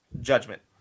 judgment